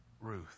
Ruth